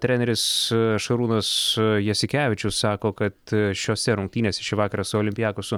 treneris šarūnas jasikevičius sako kad šiose rungtynėse šį vakarą su olympiakosu